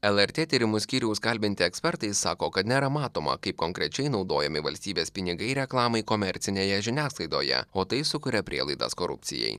lrt tyrimų skyriaus kalbinti ekspertai sako kad nėra matoma kaip konkrečiai naudojami valstybės pinigai reklamai komercinėje žiniasklaidoje o tai sukuria prielaidas korupcijai